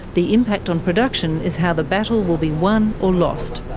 the impact on production is how the battle will be won or lost.